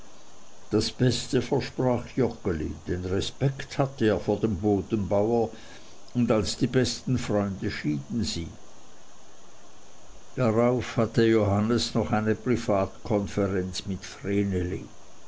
das beste versprach joggeli denn respekt hatte er vor dem bodenbauer und als die besten freunde schieden sie darauf hatte johannes noch eine privatkonferenz mit